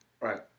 Right